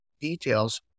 details